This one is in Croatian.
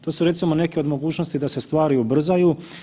To su recimo neke od mogućnosti da se stvari ubrzaju.